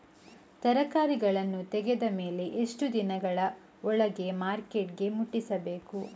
ತರಕಾರಿಗಳನ್ನು ತೆಗೆದ ಮೇಲೆ ಎಷ್ಟು ದಿನಗಳ ಒಳಗೆ ಮಾರ್ಕೆಟಿಗೆ ಮುಟ್ಟಿಸಬೇಕು?